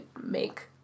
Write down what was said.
make